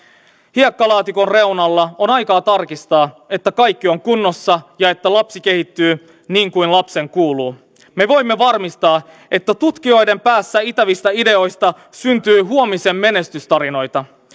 hiekkalaatikon reunalla on aikaa tarkistaa että kaikki on kunnossa ja että lapsi kehittyy niin kuin lapsen kuuluu me voimme varmistaa että tutkijoiden päässä itävistä ideoista syntyy huomisen menestystarinoita